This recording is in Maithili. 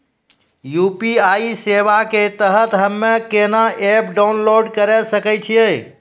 यु.पी.आई सेवा के तहत हम्मे केना एप्प डाउनलोड करे सकय छियै?